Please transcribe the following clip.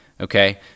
Okay